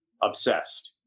obsessed